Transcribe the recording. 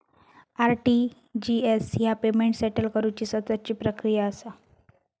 RTGS ह्या payment settle करुची सततची प्रक्रिया असा